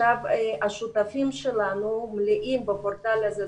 השותפים שלנו מלאים בפורטל הזה,